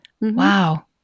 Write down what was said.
Wow